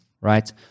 right